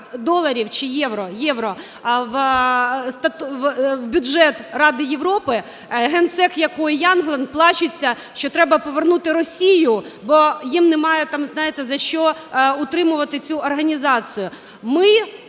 (доларів чи євро?) євро в бюджет ради Європи, Генсек якої Ягланд плачеться, що треба повернути Росію, бо їм немає там, знаєте, за що утримувати цю організацію.